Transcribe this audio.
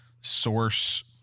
source